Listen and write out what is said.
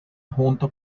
junto